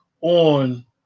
on